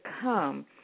come